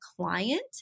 client